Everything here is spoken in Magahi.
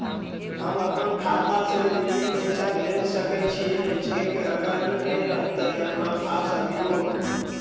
हमर खाता से दिल्ली पैसा भेज सकै छियै चेक अगर नय रहतै अपना पास अभियोग?